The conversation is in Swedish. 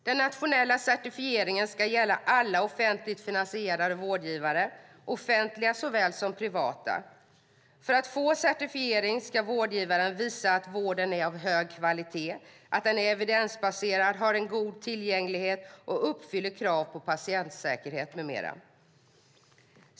Den nationella certifieringen ska gälla alla offentligt finansierade vårdgivare, offentliga såväl som privata. För att få certifiering ska vårdgivaren visa att vården är av hög kvalitet, är evidensbaserad, håller god tillgänglighet och uppfyller krav på patientsäkerhet med mera.